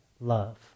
love